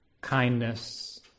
kindness